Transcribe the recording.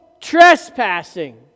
trespassing